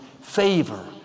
favor